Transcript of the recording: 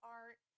art